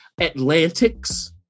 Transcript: Atlantics